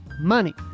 money